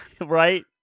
Right